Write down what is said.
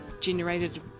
generated